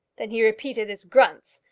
then he repeated his grunts,